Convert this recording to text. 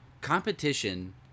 Competition